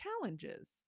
challenges